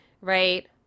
right